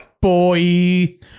boy